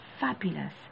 fabulous